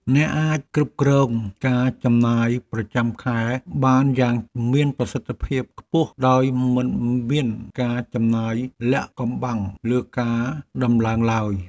អ្នកអាចគ្រប់គ្រងការចំណាយប្រចាំខែបានយ៉ាងមានប្រសិទ្ធភាពខ្ពស់ដោយមិនមានការចំណាយលាក់កំបាំងលើការដំឡើងឡើយ។